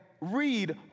read